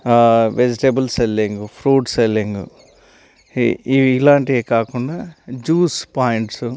vegetable selling fruit selling ఈ ఈ ఇలాంటివే కాకుండా జ్యూస్ పాయింట్స్